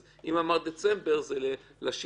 אז אם אמרת דצמבר זה לשיקום,